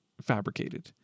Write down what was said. fabricated